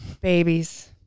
Babies